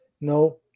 No